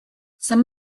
some